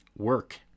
work